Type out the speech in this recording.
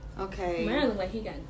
Okay